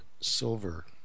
Silver